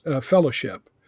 Fellowship